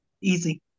Easy